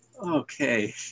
Okay